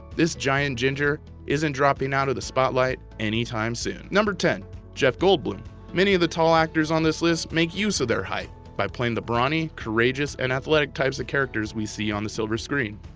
this giant ginger isn't dropping out of the spotlight anytime soon. ten jeff goldblum many of the tall actors on this list make use of their height by playing the brawny, courageous, and athletic types of characters we see on the silver screen.